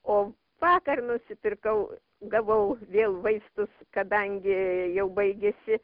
o vakar nusipirkau gavau vėl vaistus kadangi jau baigėsi